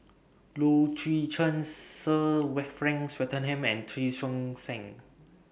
Low Chen Sir Wet Frank Swettenham and Che Song Sang